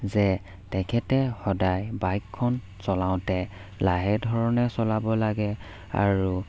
যে তেখেতে সদায় বাইকখন চলাওঁতে লাহে ধৰণে চলাব লাগে আৰু